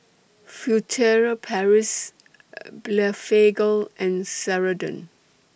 Furtere Paris Blephagel and Ceradan